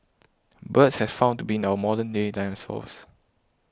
birds has found to be our modern day dinosaurs